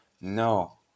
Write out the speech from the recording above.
no